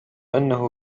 أنه